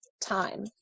time